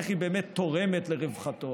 איך היא באמת תורמת לרווחתו.